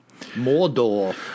Mordor